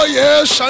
yes